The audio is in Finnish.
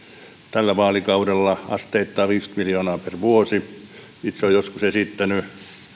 tällä vaalikaudella asteittain viisikymmentä miljoonaa per vuosi itse olen joskus esittänyt